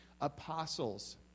apostles